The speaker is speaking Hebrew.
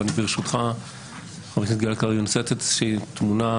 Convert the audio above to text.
אבל ברשותך אני רוצה לתת איזושהי תמונה